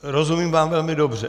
Rozumím vám velmi dobře.